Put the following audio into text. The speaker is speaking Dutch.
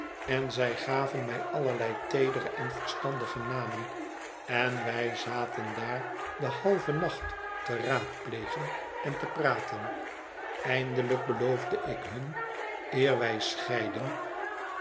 en zij gaven mij allerlei teedere en verstandige namen en wij zaten daar den halven nacht te raadplegen en te praten eindelijk beloofde ik hun eer wij scheidden